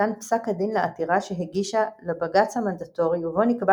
ניתן פסק הדין לעתירה שהגישה לבג"ץ המנדטורי ובו נקבע